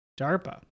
DARPA